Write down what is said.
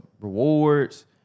rewards